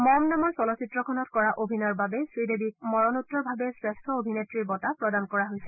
মম নামৰ চলচ্চিত্ৰখনত কৰা অভিনয়ৰ বাবে শ্ৰীদেৱীক মৰণোত্তৰভাৱে শ্ৰেষ্ঠ অভিনেত্ৰীৰ বঁটা দিয়া হৈছে